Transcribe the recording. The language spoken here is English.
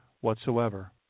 whatsoever